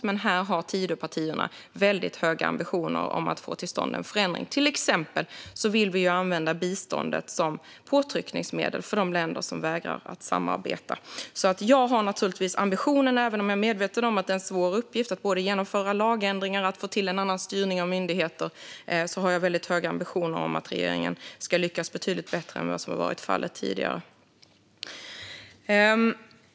Men här har Tidöpartierna höga ambitioner om att få till stånd en förändring. Vi vill till exempel använda biståndet som påtryckningsmedel mot de länder som vägrar att samarbeta. Även om jag är medveten om att det är en svår uppgift att både genomföra lagändringar och få till en annan styrning av myndigheter har jag höga ambitioner i fråga om att regeringen ska lyckas betydligt bättre än vad som varit fallet tidigare.